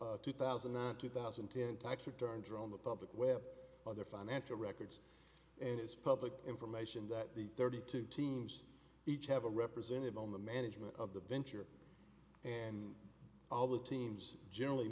venture two thousand and two thousand and ten tax returns are on the public web other financial records and is public information that the thirty two teams each have a representative on the management of the venture and all the teams generally